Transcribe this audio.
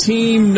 Team